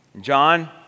John